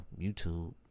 YouTube